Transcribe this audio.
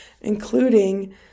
including